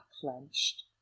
clenched